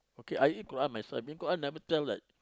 okay I read Quran myself I mean Quran never tell that